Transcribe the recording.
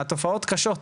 התופעות קשות.